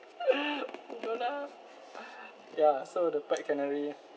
don't ah ya so the pet canary